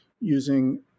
using